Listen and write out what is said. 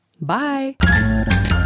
bye